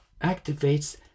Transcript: activates